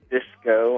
Disco